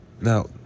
Now